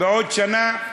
בעוד שנה,